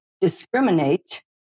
discriminate